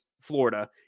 Florida